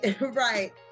right